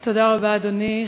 אדוני,